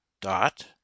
Dot